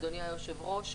אדוני היושב-ראש,